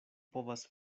povas